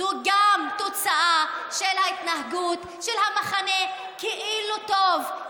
זו גם תוצאה של ההתנהגות של המחנה שכאילו טוב,